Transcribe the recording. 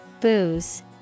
Booze